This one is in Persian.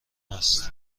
است